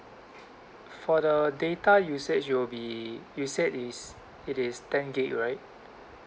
for the data usage it'll be you said is it is ten gig right